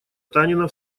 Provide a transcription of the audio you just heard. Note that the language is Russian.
танина